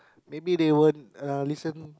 maybe they won't uh listen